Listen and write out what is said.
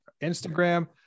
Instagram